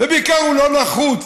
ובעיקר הוא לא נחוץ.